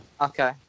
Okay